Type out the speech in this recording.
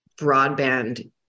broadband